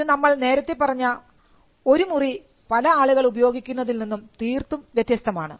ഇത് നമ്മൾ നേരത്തെ പറഞ്ഞ ഒരു മുറി പല ആളുകൾ ഉപയോഗിക്കുന്നതിൽ നിന്ന് തീർത്തും വ്യത്യസ്തമാണ്